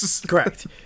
Correct